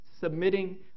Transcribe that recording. Submitting